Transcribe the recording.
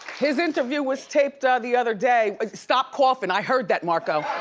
his interview was taped the other day. stop coughin', i heard that, marco.